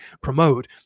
promote